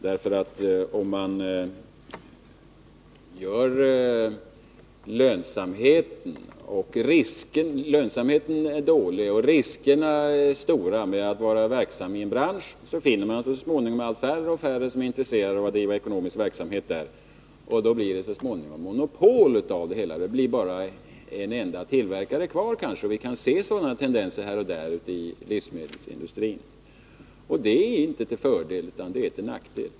Om man gör lönsamheten dålig och riskerna stora för dem som är verksamma i en bransch, finner man så småningom att det blir färre och färre som är intresserade av att driva ekonomisk verksamhet inom den branschen. Då blir det så småningom monopol, det blir kanske bara en enda tillverkare kvar. Vi kan se sådana tendenser här och där inom livsmedelsindustrin. Det är inte till fördel, utan till nackdel.